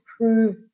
prove